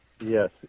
Yes